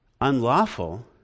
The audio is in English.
Unlawful